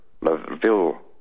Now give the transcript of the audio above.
LaVille